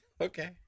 Okay